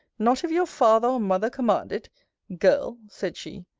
not if your father or mother command it girl? said she,